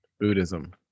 Buddhism